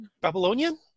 Babylonian